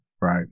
Right